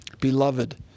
Beloved